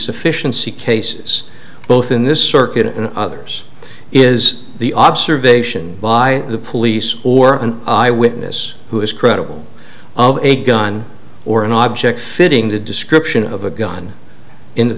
sufficiency cases both in this circuit and others is the observation by the police or an eyewitness who is credible a gun or an object fitting the description of a gun in the